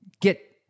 get